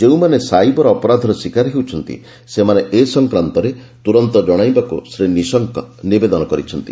ଯେଉଁମାନେ ସାଇବର ଅପରାଧର ଶିକାର ହେଉଛନ୍ତି ସେମାନେ ଏ ସଂକ୍ରାନ୍ତରେ ତୁରନ୍ତ ଜଣାଇବାକୁ ଶ୍ରୀ ନିଶଙ୍କ ନିବେଦନ କରିଛନ୍ତି